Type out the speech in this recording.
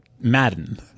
Madden